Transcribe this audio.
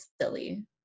silly